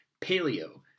paleo